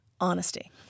honesty